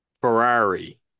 Ferrari